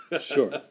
Sure